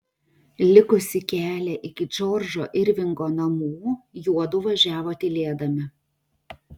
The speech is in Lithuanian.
likusį kelią iki džordžo irvingo namų juodu važiavo tylėdami